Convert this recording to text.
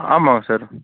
ஆமாங்க சார்